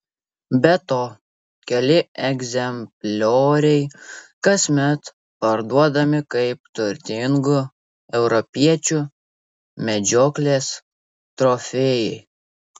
be to keli egzemplioriai kasmet parduodami kaip turtingų europiečių medžioklės trofėjai